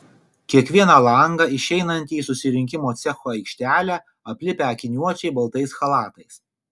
kiekvieną langą išeinantį į surinkimo cecho aikštelę aplipę akiniuočiai baltais chalatais